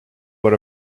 what